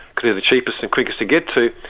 clearly the cheapest and quickest to get to,